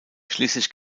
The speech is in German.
schließlich